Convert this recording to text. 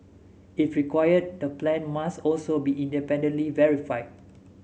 if required the plan must also be independently verified